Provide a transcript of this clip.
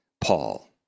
Paul